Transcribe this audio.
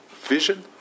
vision